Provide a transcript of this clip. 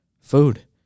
Food